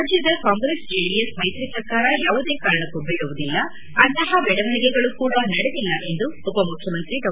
ರಾಜ್ಞದ ಕಾಂಗ್ರೆಸ್ ಜೆಡಿಎಸ್ ಮೈತ್ರಿ ಸರ್ಕಾರ ಯಾವುದೇ ಕಾರಣಕ್ಕೂ ಬೀಳುವುದಿಲ್ಲ ಅಂತಹ ಬೆಳವಣಿಗೆಗಳು ಕೂಡ ನಡೆದಿಲ್ಲ ಎಂದು ಉಪಮುಖ್ಯಮಂತ್ರಿ ಡಾ